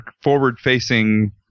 forward-facing